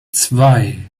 zwei